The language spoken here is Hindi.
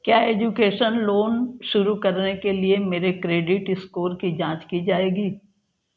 क्या एजुकेशन लोन शुरू करने के लिए मेरे क्रेडिट स्कोर की जाँच की जाएगी